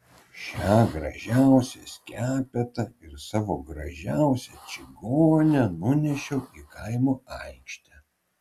šią gražiausią skepetą ir savo gražiausią čigonę nunešiau į kaimo aikštę